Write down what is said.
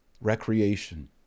Recreation